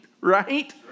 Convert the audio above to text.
right